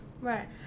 right